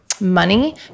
money